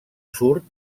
surt